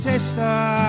sister